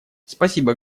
спасибо